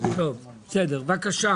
זאת באמת בשורה שיכולה להגיע.